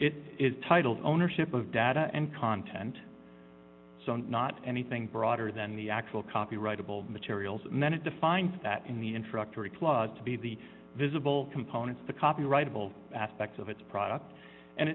it is titled ownership of data and content so not anything broader than the actual copyrightable materials and then it defines that in the introductory clause to be the visible components the copyrightable aspects of its product and